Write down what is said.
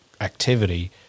activity